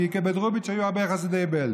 כי בדרוהוביץ היו הרבה חסידי בעלז.